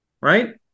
right